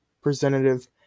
Representative